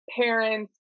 parents